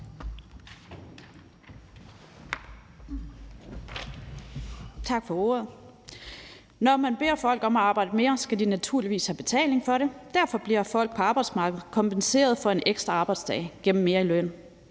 Tak for ordet. Når man beder folk om at arbejde mere, skal de naturligvis have betaling for det. Derfor bliver folk på arbejdsmarkedet kompenseret for en ekstra arbejdsdag gennem mere i løn.